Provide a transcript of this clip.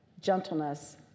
gentleness